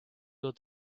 your